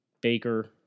Baker